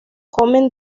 comen